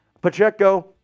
Pacheco